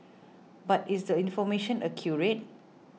but is the information accurate